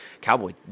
Cowboy